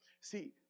See